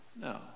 No